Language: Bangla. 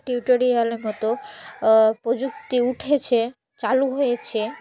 টিউটোরিয়ালের মতো প্রযুক্তি উঠেছে চালু হয়েছে